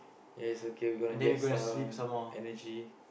ya it's okay we're gonna get some energy